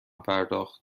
پرداخت